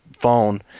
phone